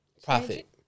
Profit